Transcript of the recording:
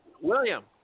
William